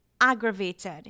aggravated